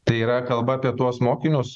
tai yra kalba apie tuos mokinius